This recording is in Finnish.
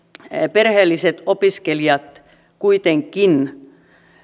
perheelliset opiskelijat kuitenkin